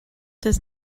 does